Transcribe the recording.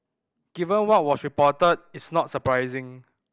given what was reported it's not surprising